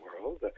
world